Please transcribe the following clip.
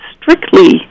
strictly